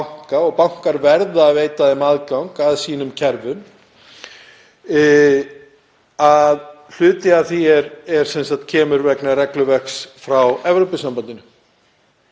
og bankar verða að veita þeim aðgang að sínum kerfum. Hluti af því kemur vegna regluverks frá Evrópusambandinu.